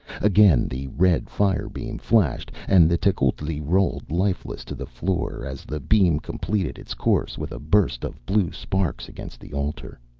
again the red fire-beam flashed and the tecuhltli rolled lifeless to the floor, as the beam completed its course with a burst of blue sparks against the altar.